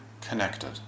connected